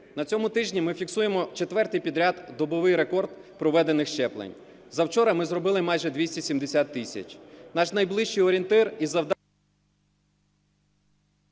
На цьому тижні ми фіксуємо четвертий підряд добовий рекорд проведених щеплень. За вчора ми зробили майже 270 тисяч. Наш найближчий орієнтир і завдання…